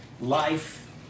life